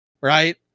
right